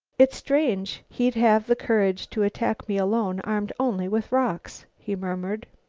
it's strange he'd have the courage to attack me alone, armed only with rocks, he murmured.